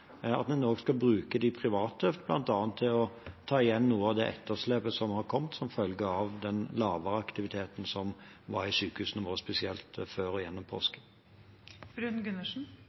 at en også skal bruke de private, bl.a. til å ta igjen noe av det etterslepet som har kommet som følge av den lavere aktiviteten som var i sykehusene våre spesielt før og gjennom